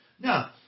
Now